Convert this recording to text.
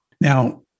Now